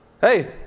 hey